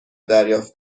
دریافت